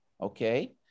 Okay